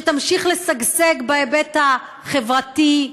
שתמשיך לשגשג בהיבט החברתי,